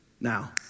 Now